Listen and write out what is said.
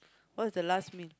what's the last meal